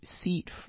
seat